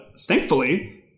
thankfully